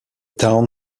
town